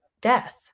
death